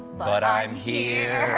but i'm here